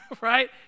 right